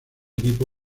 equipo